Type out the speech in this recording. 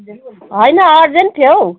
होइन अर्जेन्ट थियो हो